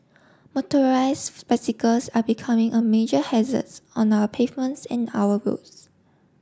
motorised bicycles are becoming a major hazards on our pavements and our roads